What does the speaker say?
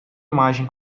imagem